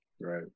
right